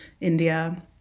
India